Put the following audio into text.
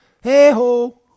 Hey-ho